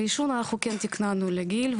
אנחנו כן תיכננו לגיל,